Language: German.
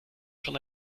schon